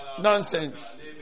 Nonsense